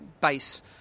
base